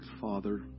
father